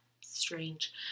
Strange